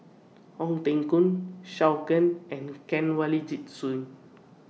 Ong Teng Koon Can and Kanwaljit Soin